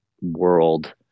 world